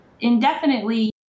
Indefinitely